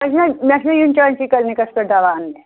مےٚ چھا مےٚ چھا یُن چٲنسٕے کٕلنِکَس پٮ۪ٹھ دَوا اَننہِ